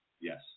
Yes